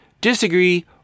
disagree